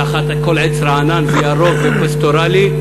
תחת כל עץ רענן וירוק ופסטורלי.